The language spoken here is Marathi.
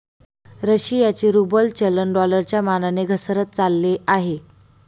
रशियाचे रूबल चलन डॉलरच्या मानाने घसरत चालले आहे